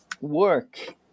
work